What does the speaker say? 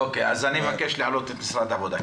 אוקי, אני מבקש להעלות את משרד העבודה.